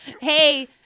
Hey